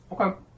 Okay